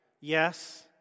yes